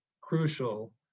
crucial